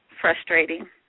frustrating